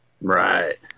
Right